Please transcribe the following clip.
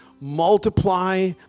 multiply